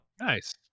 Nice